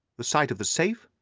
the sight of the safe,